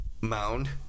mound